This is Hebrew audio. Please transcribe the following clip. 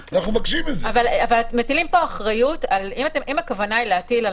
אז אולי לכתוב איזשהו